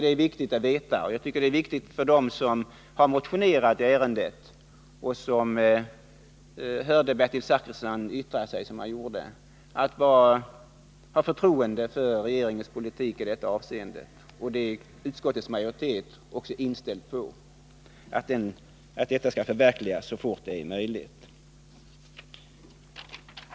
Det är viktigt att säga detta med tanke på dem som motionerat i ärendet och på Bertil Zachrissons uttalande. Man kan ha förtroende för regeringens politik i detta avseende. Utskottets majoritet är också inställd på ett förverkligande så fort som möjligt.